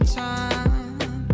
time